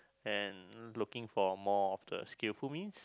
and looking for more of the skillful means